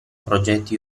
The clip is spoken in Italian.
progetti